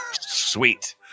Sweet